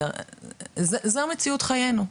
זוהי מציאות חיינו,